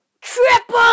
Triple